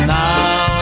now